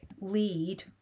Lead